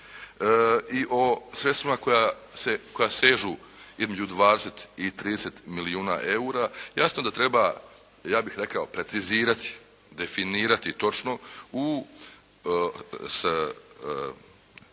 i o sredstvima koja sežu između 20 i 30 milijuna eura, jasno da treba ja bih rekao precizirati, definirati točno u, s onima